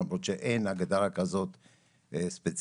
למרות שאין הגדרה כזאת ספציפית.